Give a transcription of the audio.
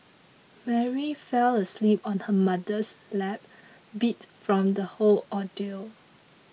Mary fell asleep on her mother's lap beat from the whole ordeal